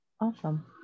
awesome